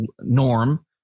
Norm